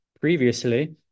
previously